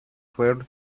twelve